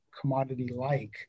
commodity-like